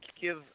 give